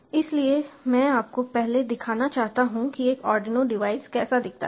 इसलिए मैं आपको पहले दिखाना चाहता हूं कि एक आर्डिनो डिवाइस कैसा दिखता है